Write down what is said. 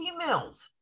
females